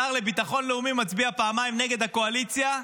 שר לביטחון לאומי מצביע פעמיים נגד הקואליציה,